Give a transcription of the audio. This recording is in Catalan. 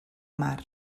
mar